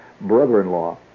brother-in-law